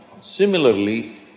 Similarly